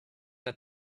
that